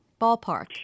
Ballpark